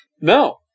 No